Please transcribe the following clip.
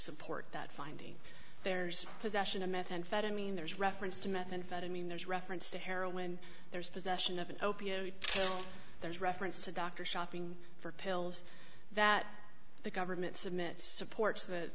support that finding there's possession of methamphetamine there's reference to methamphetamine there's reference to heroin there's possession of an opiate there's reference to doctor shopping for pills that the government submit supports the